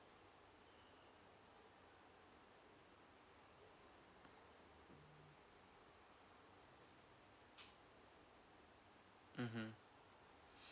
mmhmm